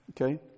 Okay